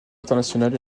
international